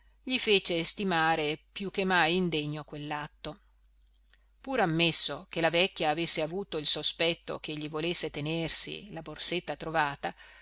gli fece stimare più che mai indegno quell'atto pur ammesso che la vecchia avesse avuto il sospetto ch'egli volesse tenersi la borsetta trovata